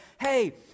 hey